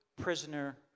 prisoner